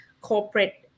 corporate